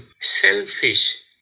selfish